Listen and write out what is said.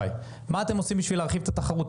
מה אתם עושים בשביל להרחיב את התחרות?